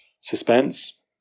Suspense